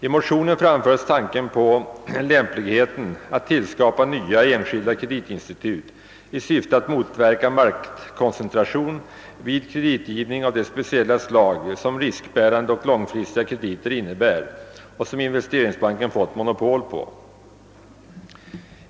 I motionen framförs tanken på lämpligheten av att tillskapa nya enskilda kreditinstitut i syfte att motverka maktkoncentration vid kreditgivning av det speciella slag, som riskbärande och långfristiga krediter innebär och som Investeringsbanken fått monopol på.